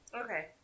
Okay